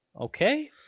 Okay